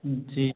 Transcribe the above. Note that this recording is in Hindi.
हम्म जी